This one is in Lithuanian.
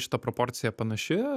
šita proporcija panaši